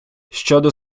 щодо